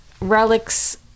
relics